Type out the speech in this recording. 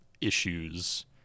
issues